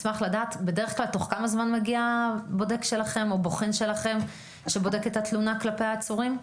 בדרך כלל תוך כמה זמן מגיע בוחן שלכם שבודק את התלונה כלפי העצורים?